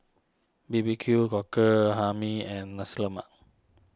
B B Q Cockle Hae Mee and Nasi Lemak